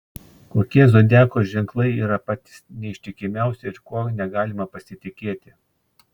kokie zodiako ženklai yra patys neištikimiausi ir kuo negalima pasitikėti